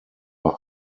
bei